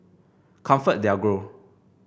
ComfortDelGro